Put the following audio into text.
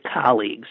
colleagues